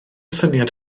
syniad